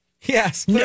Yes